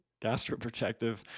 gastroprotective